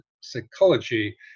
psychology